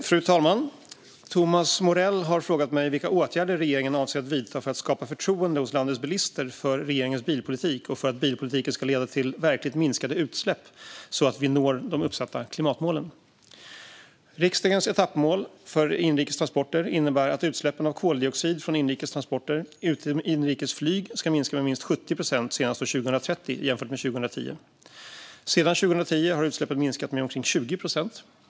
Fru talman! Thomas Morell har frågat mig vilka åtgärder regeringen avser att vidta för att skapa förtroende hos landets bilister för regeringens bilpolitik och för att bilpolitiken ska leda till verkligt minskade utsläpp så att vi når de uppsatta klimatmålen. Riksdagens etappmål för inrikes transporter innebär att utsläppen av koldioxid från inrikes transporter, utom inrikes flyg, ska minska med minst 70 procent senast år 2030 jämfört med 2010. Sedan 2010 har utsläppen minskat med omkring 20 procent.